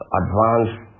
advanced